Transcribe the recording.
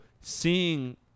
seeing